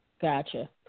Gotcha